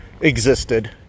existed